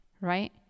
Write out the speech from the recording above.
right